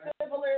similar